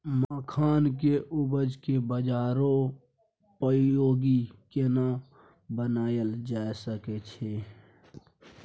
मखान के उपज के बाजारोपयोगी केना बनायल जा सकै छै?